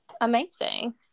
amazing